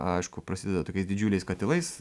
aišku prasideda tokiais didžiuliais katilais